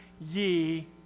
ye